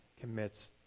commits